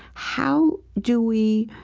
how do we